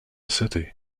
city